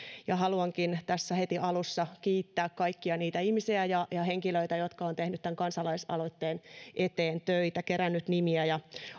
haluankin tässä heti alussa kiittää kaikkia niitä ihmisiä ja ja henkilöitä jotka ovat tehneet tämän kansalaisaloitteen eteen töitä keränneet nimiä ja